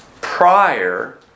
prior